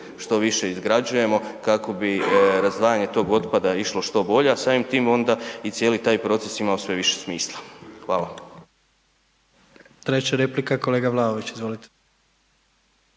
što više izgrađujemo kako bi razdvajanje tog otpada išlo što bolje, a samim tim onda i taj cijeli proces imao sve više smisla. Hvala. **Jandroković, Gordan